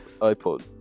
iPod